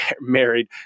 married